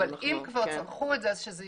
אבל אם כבר צרכו את זה, אז שזה